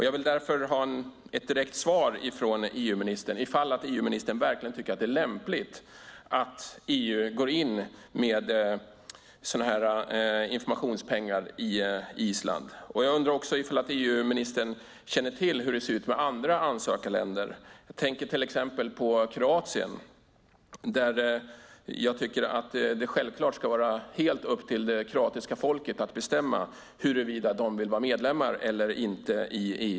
Jag vill därför ha ett direkt svar från EU-ministern på frågan om EU-ministern verkligen tycker att det är lämpligt att EU går in med sådana här informationspengar på Island. Jag undrar också om EU-ministern känner till hur det ser ut i andra ansökarländer. Jag tänker till exempel på Kroatien, där jag tycker att det självklart ska vara helt upp till det kroatiska folket att bestämma huruvida de vill vara medlemmar i EU eller inte.